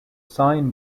sign